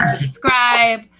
subscribe